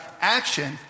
action